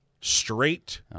straight